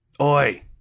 Oi